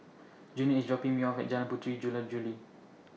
Junior IS dropping Me off At Jalan Puteri Jula Juli